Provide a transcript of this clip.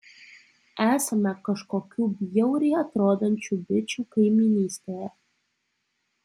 esame kažkokių bjauriai atrodančių bičų kaimynystėje